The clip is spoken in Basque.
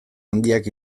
handiak